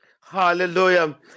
hallelujah